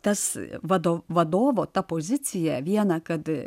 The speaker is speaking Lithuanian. tas vado vadovo ta pozicija viena kad